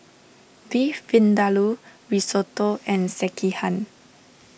Beef Vindaloo Risotto and Sekihan